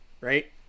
right